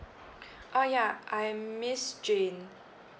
uh ya I'm miss jane